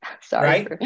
Sorry